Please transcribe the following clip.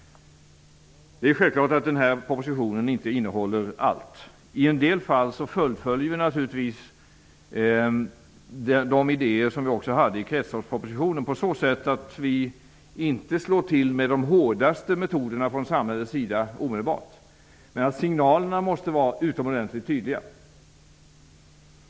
Det är självklart att den här propositionen inte innehåller allt. I en del fall fullföljer vi de idéer som vi hade i kretsloppspropositionen. Vi slår inte omedelbart till med de hårdaste metoderna från samhällets sida. Men signalerna måste vara utomordentligt tydliga.